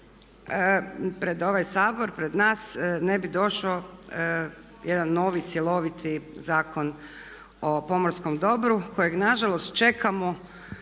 pred ovaj Sabor, pred nas ne bi došao jedan novi, cjeloviti Zakon o pomorskom dobru kojeg nažalost čekamo